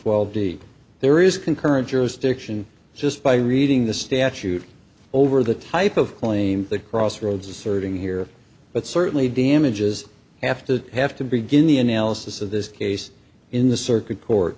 twelve there is concurrent jurisdiction just by reading the statute over the type of claim that crossroads asserting here but certainly damages have to have to begin the analysis of this case in the circuit court